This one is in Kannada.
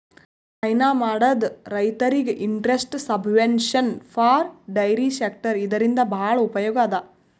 ಹೈನಾ ಮಾಡದ್ ರೈತರಿಗ್ interest subvention for dairy sector ಇದರಿಂದ್ ಭಾಳ್ ಉಪಯೋಗ್ ಅದಾ